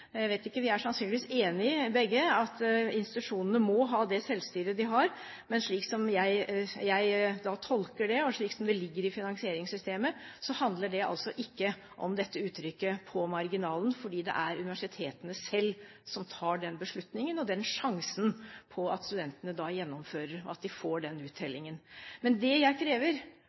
Jeg vet ikke – vi er sannsynligvis begge enige – om at institusjonene må ha det selvstyret de har. Men slik som jeg tolker det, og slik som det ligger i finansieringssystemet, handler det altså ikke om dette uttrykket «på marginalen», fordi det er universitetene selv som tar den beslutningen og den sjansen på at studentene gjennomfører, og at de får den uttellingen. Men det jeg krever,